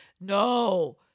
No